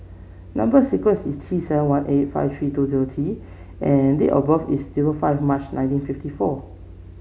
number sequence is T seven one eight five three two zero T and date of birth is zero five March nineteen fifty four